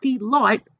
light